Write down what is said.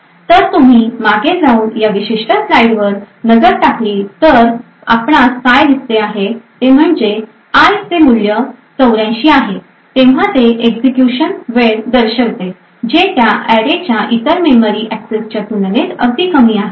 तर तुम्ही मागे जाऊन या विशिष्ट स्लाइडवर नजर टाकली तर आपण काय पाहतो ते म्हणजे जेव्हा i चे मूल्य 84 आहे तेव्हा ते एक्झीक्युशन वेळ दर्शविते जे त्या अॅरेच्या इतर मेमरी एक्सेसच्या तुलनेत अगदी कमी आहे